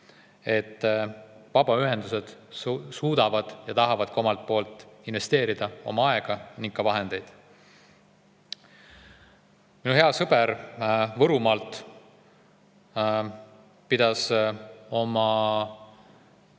et vabaühendused suudavad ja tahavad omalt poolt investeerida sinna oma aega ning ka vahendeid. Minu hea sõber Võrumaalt pidas koos oma sõprade